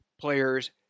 player's